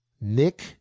Nick